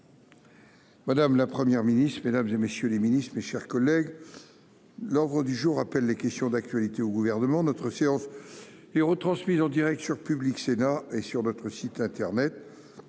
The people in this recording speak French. Madame la Première ministre, mesdames, messieurs les ministres, mes chers collègues, l'ordre du jour appelle les réponses à des questions d'actualité au Gouvernement. Je vous rappelle que la séance est retransmise en direct sur Public Sénat et sur notre site internet.